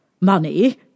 Money